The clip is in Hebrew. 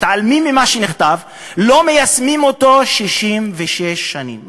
מתעלמים ממה שנכתב, לא מיישמים אותו 66 שנים.